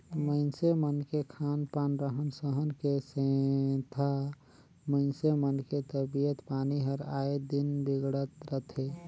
मइनसे मन के खान पान, रहन सहन के सेंधा मइनसे मन के तबियत पानी हर आय दिन बिगड़त रथे